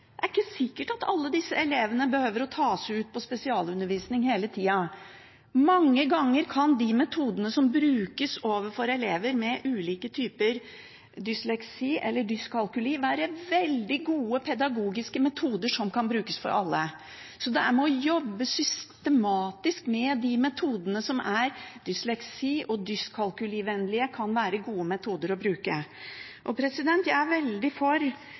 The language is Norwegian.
er ikke sikkert at alle disse elevene behøver å tas ut til spesialundervisning hele tida. Mange ganger kan de metodene som brukes overfor elever med ulike typer dysleksi eller dyskalkuli, være veldig gode pedagogiske metoder, som kan brukes overfor alle. Så det må jobbes systematisk med de metodene som er dysleksi- og dyskalkulivennlige, som kan være gode metoder å bruke. Jeg er veldig for